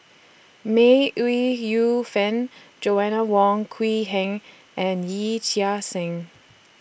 May Ooi Yu Fen Joanna Wong Quee Heng and Yee Chia Hsing